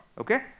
okay